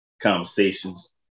conversations